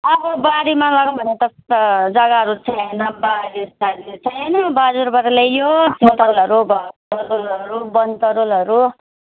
अब बारीमा गरौँ भने त जग्गाहरू चाहिएन वनतरुलहरू